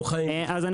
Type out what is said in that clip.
זה הכול או לא כלום.